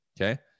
Okay